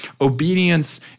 Obedience